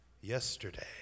yesterday